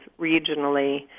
regionally